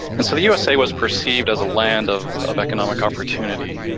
and so the usa was perceived as a land of of economic opportunity,